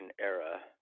era